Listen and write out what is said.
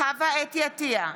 חוה אתי עטייה,